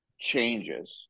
changes